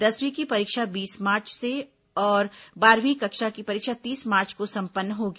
दसवीं की परीक्षा बीस मार्च और बारहवीं कक्षा की परीक्षा तीस मार्च को सम्पन्न होगी